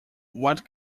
what